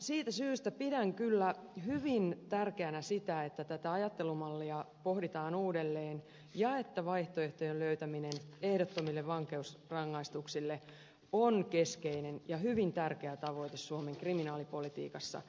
siitä syystä pidän kyllä hyvin tärkeänä sitä että tätä ajattelumallia pohditaan uudelleen ja että vaihtoehtojen löytäminen ehdottomille vankeusrangaistuksille on keskeinen ja hyvin tärkeä tavoite suomen kriminaalipolitiikassa